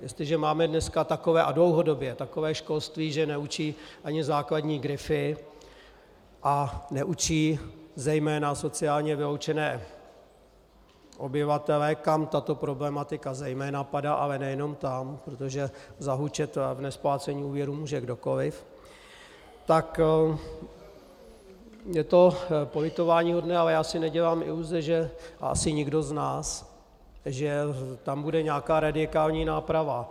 Jestliže dneska máme, a dlouhodobě, takové školství, že neučí ani základní grify a neučí zejména sociálně vyloučené obyvatele, kam tato problematika padá zejména, ale nejenom tam, protože zahučet v nesplácení úvěru může kdokoliv, tak je to politováníhodné, ale já si nedělám iluze a asi nikdo z nás, že tam bude nějaká radikální náprava.